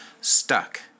stuck